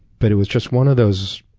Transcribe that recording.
but it was just one of those